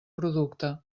producte